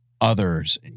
others